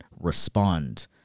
respond